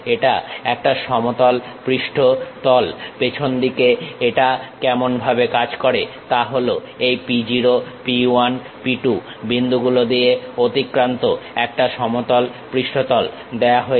এটা একটা সমতল পৃষ্ঠ তল হয় পেছনদিকে এটা কেমন ভাবে কাজ করে তা হল এই P 0 P 1 P 2 বিন্দুগুলো দিয়ে অতিক্রান্ত একটা সমতল পৃষ্ঠতল দেওয়া হয়েছে